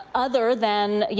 other than,